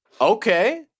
Okay